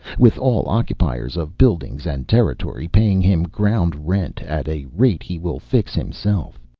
with all occupiers of buildings and territory paying him ground rent at a rate he will fix himself.